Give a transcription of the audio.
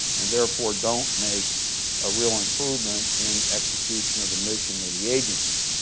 and therefore, don't make a real improvement in execution of the mission of the agencies.